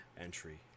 entry